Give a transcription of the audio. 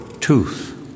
tooth